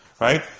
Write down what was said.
Right